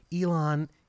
Elon